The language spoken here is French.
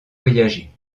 voyager